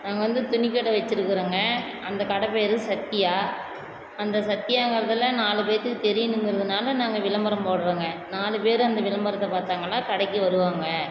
நாங்கள் வந்து துணிக்கடை வச்சிருக்கிறோங்க அந்த கடை பேர் சத்யா அந்த சத்யாங்குறத்துல நாலுப்பேத்துக்கு தெரியணுங்கிறதனால நாங்கள் விளம்பரம் போடுறோம்ங்க நாலுப்பேர் அந்த விளம்பரத்தை பார்த்தாங்கன்னா கடைக்கு வருவாங்க